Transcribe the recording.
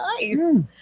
nice